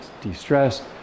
de-stress